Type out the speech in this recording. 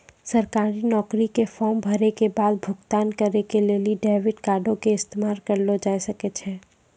सरकारी नौकरी के फार्म भरै के बाद भुगतान करै के लेली डेबिट कार्डो के इस्तेमाल करलो जाय सकै छै